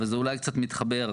וזה אולי קצת מתחבר,